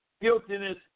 guiltiness